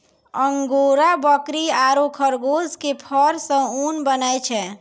angora बकरी आरो खरगोश के फर सॅ ऊन बनै छै